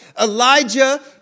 Elijah